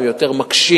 הם יותר מקשים